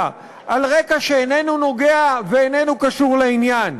על רקע שאיננו נוגע ואיננו קשור לעניין,